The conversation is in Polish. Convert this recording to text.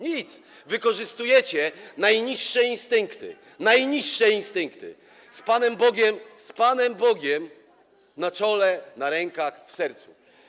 Nic. Wykorzystujecie najniższe instynkty, najniższe instynkty - z Panem Bogiem na czole, na rękach, w sercu.